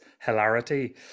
hilarity